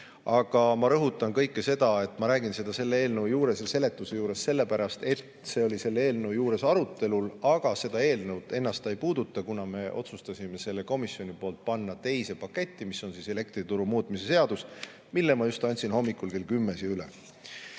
Aga ma rõhutan, et kõike seda ma räägin selle eelnõu juures ja seletuse juures sellepärast, et see oli selle eelnõu juures arutelul, aga seda eelnõu ennast ta ei puuduta, kuna me otsustasime komisjonis panna selle teise paketti, mis on elektrituru muutmise seadus, mille ma just andsin hommikul kell 10 siin üle.